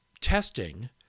testing